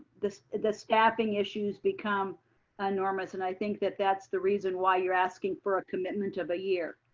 the the staffing issues become enormous. and i think that that's the reason why you're asking for a commitment of a year.